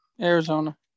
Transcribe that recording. Arizona